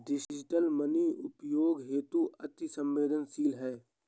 digital money उपयोग हेतु अति सवेंदनशील है